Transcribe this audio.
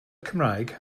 cymraeg